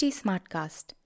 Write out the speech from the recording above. smartcast